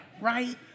Right